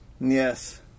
Yes